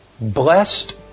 blessed